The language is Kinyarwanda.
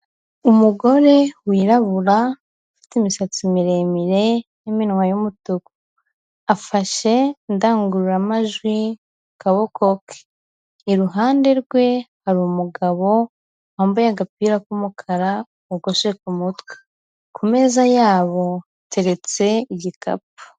Umugore wirabura ufite imisatsi miremire n'iminwa y'umutuku, afashe indangururamajwi mu kaboko ke, iruhande rwe hari umugabo wambaye agapira k'umukara wogoshe ku mutwe, ku meza yabo hateretse igikapu.